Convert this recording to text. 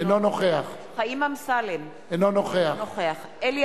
אינו נוכח חיים אמסלם, אינו נוכח אלי